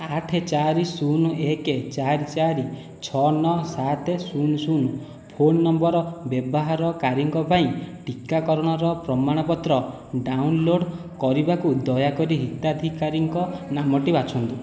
ଆଠ ଚାରି ଶୂନ ଏକ ଚାରି ଚାରି ଛଅ ନଅ ସାତ ଶୂନ ଶୂନ ଫୋନ ନମ୍ବର ବ୍ୟବହାରକାରୀଙ୍କ ପାଇଁ ଟିକାକରଣର ପ୍ରମାଣପତ୍ର ଡାଉନଲୋଡ଼୍ କରିବାକୁ ଦୟାକରି ହିତାଧିକାରୀଙ୍କ ନାମଟି ବାଛନ୍ତୁ